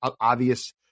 obvious –